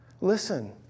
Listen